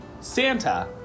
Santa